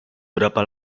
berapa